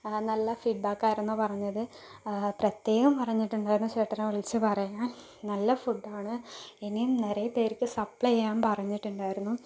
നല്ല ഫീഡ്ബായ്ക്കായിരുന്നു പറഞ്ഞത് പ്രത്യേകം പറഞ്ഞിട്ടുണ്ടായിരുന്നു ചേട്ടനെ വിളിച്ചു പറയാൻ നല്ല ഫുഡാണ് ഇനിയും നിറയെ പേർക്ക് സപ്ലൈ ചെയ്യാൻ പറഞ്ഞിട്ടുണ്ടാരുന്നു